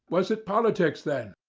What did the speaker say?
was it politics, then,